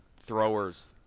throwers